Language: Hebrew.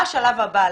מה השלב הבא,